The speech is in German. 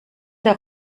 der